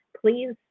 Please